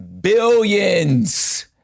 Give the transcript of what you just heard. billions